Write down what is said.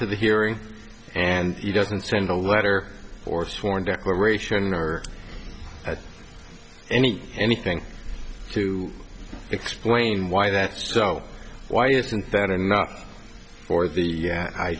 to the hearing and he doesn't send a letter or sworn declaration or any anything to explain why that's so why isn't that enough for the